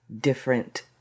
different